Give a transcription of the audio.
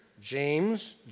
James